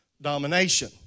domination